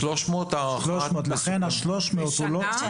300 הערכות מסוכנות.